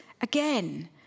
again